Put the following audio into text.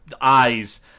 eyes